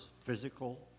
physical